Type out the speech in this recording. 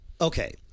Okay